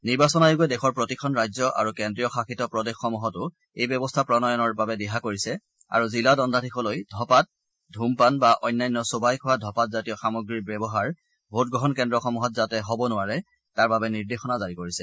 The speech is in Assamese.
নিৰ্বাচন আয়োগে দেশৰ প্ৰতিখন ৰাজ্য আৰু কেন্দ্ৰীয় শাসিত প্ৰদেশসমূহতো এই ব্যৱস্থা প্ৰণয়নৰ বাবে দিহা কৰিছে আৰু জিলা দণ্ডাধীশলৈ ধঁপাত ধূমপান বা অন্যান্য চোবাই খোৱা ধঁপাতজাতীয় সামগ্ৰীৰ ব্যৱহাৰ ভোটগ্ৰহণ কেন্দ্ৰসমূহত যাতে হ'ব নোৱাৰে তাৰ বাবে নিৰ্দেশনা জাৰি কৰিছে